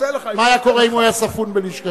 מה היה קורה אם הוא היה ספון בלשכתו?